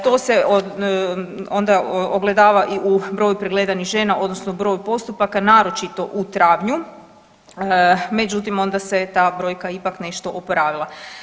To se onda ogledava i u broju pregledanih žena odnosno broju postupaka, naročito u travnju, međutim onda se ta brojka ipak nešto oporavila.